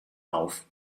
auf